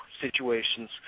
situations